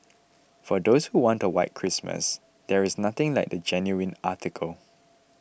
for those who want a white Christmas there is nothing like the genuine article